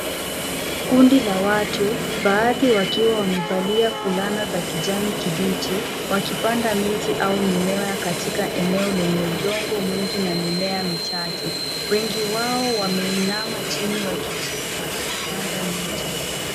Kundi la watu baadhi wakiwa wamevalia fulana za kijani kibichi wakipanda miti au mimea katika eneo lenye udongo mwingi na mimea michache. Wengi wao wameinama chini wakichimba na kupanda miche.